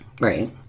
Right